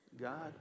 God